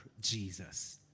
Jesus